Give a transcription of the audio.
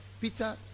peter